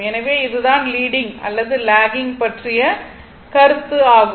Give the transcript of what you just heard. எனவே இது தான் லீடிங் அல்லது லாகிங் பற்றிய கருத்து ஆகும்